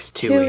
two